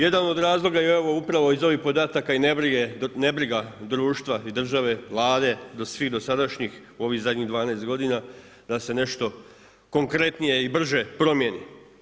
Jedan od razloga je upravo i iz ovih podataka i nebriga društva, države, Vlade svih dosadašnjih u ovih zadnjih 12 godina da se nešto konkretnije i brže promijeni.